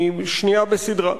היא שנייה בסדרה.